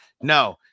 No